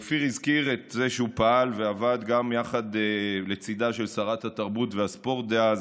אופיר הזכיר את זה שהוא פעל ועבד גם לצידה של שרת התרבות והספורט דאז